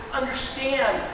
understand